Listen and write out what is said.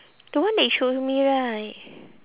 the one that you show me right